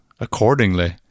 accordingly